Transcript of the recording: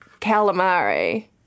calamari